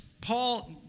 Paul